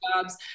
jobs